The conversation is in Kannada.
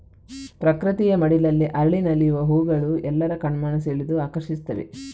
ಪ್ರಕೃತಿಯ ಮಡಿಲಲ್ಲಿ ಅರಳಿ ನಲಿವ ಹೂಗಳು ಎಲ್ಲರ ಕಣ್ಮನ ಸೆಳೆದು ಆಕರ್ಷಿಸ್ತವೆ